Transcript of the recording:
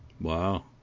Wow